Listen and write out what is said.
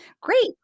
Great